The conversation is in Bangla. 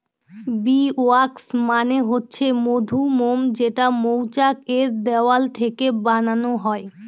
বী ওয়াক্স মানে হচ্ছে মধুমোম যেটা মৌচাক এর দেওয়াল থেকে বানানো হয়